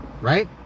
Right